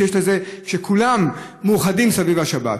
כשכולם מאוחדים סביב השבת?